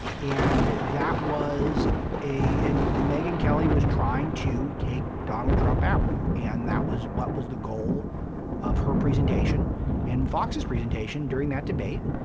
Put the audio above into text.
and that was a and megyn kelly was trying to take donald trump out, and that was what was the goal of her presentation and fox's presentation during that debate.